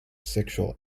sexual